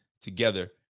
together